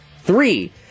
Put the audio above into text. three